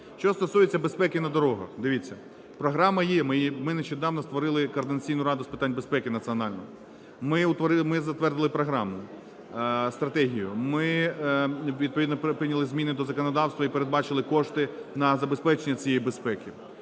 Що стосується безпеки на дорогах. Дивіться, програма є, ми нещодавно створили координаційну раду з пиках безпеки національну. Ми затвердили програму, стратегію. Ми відповідно прийняли зміни до законодавства і передбачили кошти на забезпечення цієї безпеки.